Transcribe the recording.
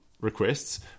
requests